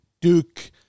Duke